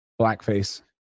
blackface